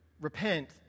repent